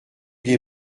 des